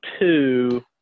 two